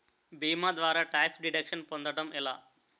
భీమా ద్వారా tax deduction పొందటం ఎలా?